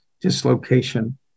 dislocation